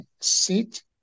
sit